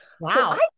Wow